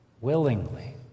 willingly